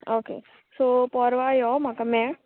okay so पोरवां यो म्हाका मेळ